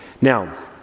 Now